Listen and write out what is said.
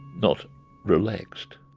not relaxed.